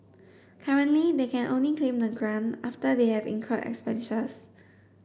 currently they can only claim the grant after they have incurred expenses